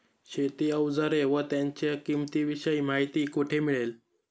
शेती औजारे व त्यांच्या किंमतीविषयी माहिती कोठे मिळेल?